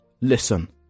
listen